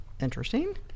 interesting